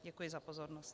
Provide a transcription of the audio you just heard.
Děkuji za pozornost.